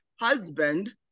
husband